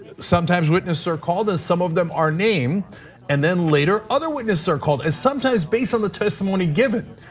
ah sometimes witness or call them some of them are name and then later, other witnesses are called, and sometimes, based on the testimony given.